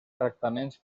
tractaments